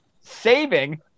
Saving